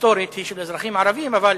היסטורית היא של אזרחים ערבים, אבל